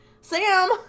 sam